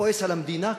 כועס על המדינה,